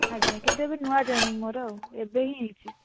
ଆଜ୍ଞା ଏବେ ଏବେ ନୂଆ ଜଏନିଂ ମୋର ଏବେ ହିଁ ହେଇଛି